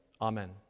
Amen